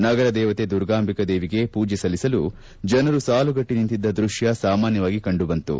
ನಗರ ದೇವತೆ ದುರ್ಗಾಂಬಿಕಾ ದೇವಿಗೆ ಮೂಜೆ ಸಲ್ಲಿಸಲು ಜನರು ಸಾಲುಗಟ್ಟಿ ನಿಂತಿದ್ದ ದೃಶ್ವ ಸಾಮಾನ್ಯವಾಗಿ ಕಂಡುಬಂತು